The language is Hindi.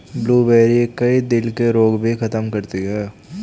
ब्लूबेरी, कई दिल के रोग भी खत्म करती है